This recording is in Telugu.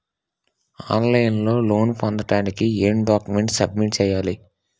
ఆన్ లైన్ లో లోన్ పొందటానికి ఎం డాక్యుమెంట్స్ సబ్మిట్ చేయాలి?